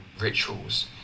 rituals